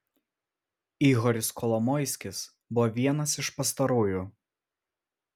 ihoris kolomoiskis buvo vienas iš pastarųjų